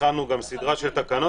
הכנו גם סדרה של תקנות,